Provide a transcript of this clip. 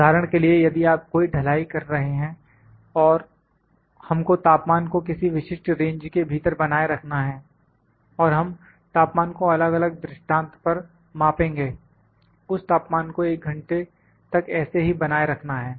उदाहरण के लिए यदि आप कोई ढलाई कर रहे हैं और हमको तापमान को किसी विशिष्ट रेंज के भीतर बनाए रखना है और हम तापमान को अलग अलग दृष्टांत पर मापेंगे उस तापमान को एक घंटे तक ऐसे ही बनाए रखना है